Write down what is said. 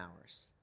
hours